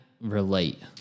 relate